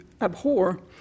abhor